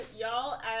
y'all